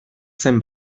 zen